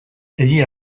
egia